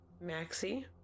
Maxie